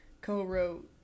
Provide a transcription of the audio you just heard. co-wrote